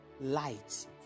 light